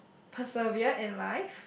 preserve in life